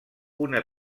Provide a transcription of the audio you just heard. una